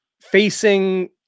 facing